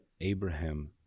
Abraham